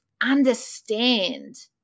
understand